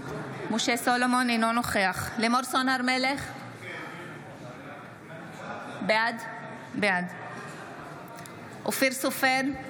אינו נוכח לימור סון הר מלך, בעד אופיר סופר,